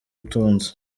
tonzi